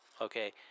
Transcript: okay